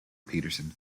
peterson